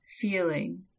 feeling